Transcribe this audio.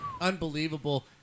Unbelievable